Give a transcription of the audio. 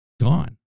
gone